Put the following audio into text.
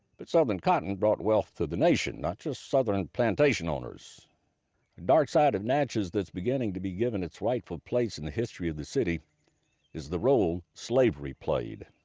but southern cotton brought wealth to the nation, not just southern plantation owners. the dark side of natchez that's beginning to be given its rightful place in the history of the city is the role slavery played.